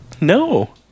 No